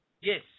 Yes